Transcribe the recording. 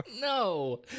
No